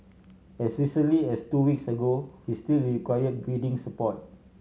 as recently as two weeks ago he still required breathing support